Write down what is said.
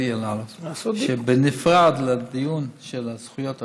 אלאלוף שבנפרד מהדיון על זכויות החולה,